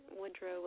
Woodrow